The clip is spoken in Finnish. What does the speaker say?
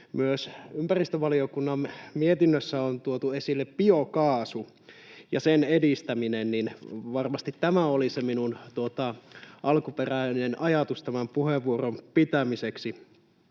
myös ympäristövaliokunnan mietinnössä on tuotu esille biokaasu ja sen edistäminen — varmasti tämä oli se minun alkuperäinen ajatukseni tämän puheenvuoron pitämiseksi.